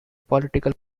political